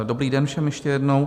Dobrý den všem ještě jednou.